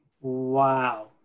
Wow